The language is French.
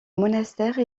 monastère